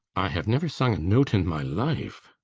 i have never sung a note in my life.